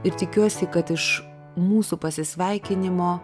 ir tikiuosi kad iš mūsų pasisveikinimo